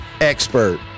expert